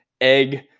egg